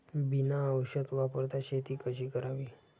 बिना औषध वापरता शेती कशी करावी?